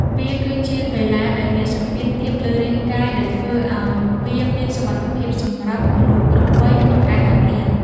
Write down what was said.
វាគឺជាកីឡាដែលមានសម្ពាធទាបលើរាងកាយ ដែលធ្វើឱ្យវាមានសុវត្ថិភាពសម្រាប់មនុស្សគ្រប់វ័យក្នុងការហាត់រៀន។